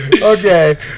Okay